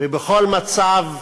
ובכל מצב.